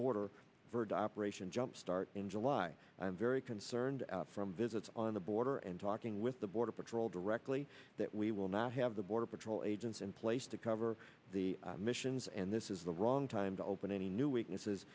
border verd operation jump start in july i'm very concerned from visits on the border and talking with the border patrol directly that we will not have the border patrol agents in place to cover the missions and this is the wrong time to open any new